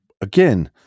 again